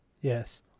yes